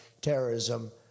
terrorism